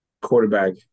quarterback